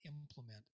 implement